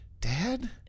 Dad